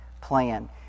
plan